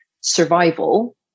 survival